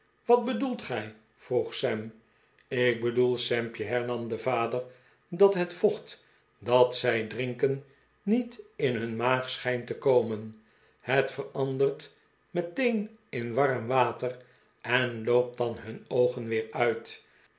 wat bedoelt gij vroeg sam ik bedoel sampje hernam de vader dat het vocht dat zij drinken niet in hun maag schijnt te komen het verandert meteen in warm water en loopt dan hun oogen weer uit